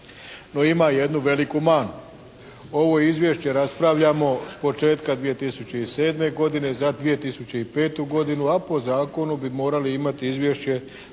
No ima jednu veliku manu. Ovo izvješće raspravljamo s početka 2007. godine za 2005. godinu, a po zakonu bi morali imati izvješće